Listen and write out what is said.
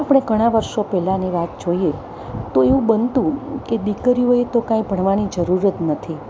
આપણે ઘણા વર્ષો પહેલાંની વાત જોઈએ તો એવું બનતું કે દીકરીઓને તો કાંઈ ભણવાની જરૂર જ નથી